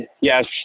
yes